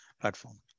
platform